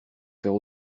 faire